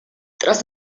tras